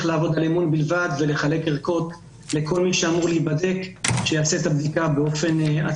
נדרשת הפרדה בין בדיקות PCR